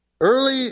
Early